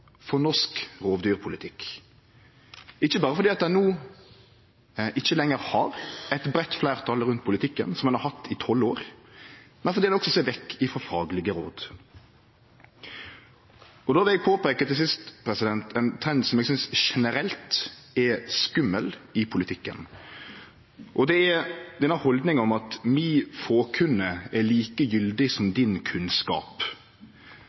for norsk rovdyrpolitikk, ikkje berre fordi ein no ikkje lenger har eit breitt fleirtal rundt politikken, som ein har hatt i tolv år, men fordi ein også ser vekk frå faglege råd. Då vil eg til sist påpeike ein trend eg synest generelt er skummel i politikken. Det er denne haldninga om at mi fåkunne er like gyldig som din kunnskap.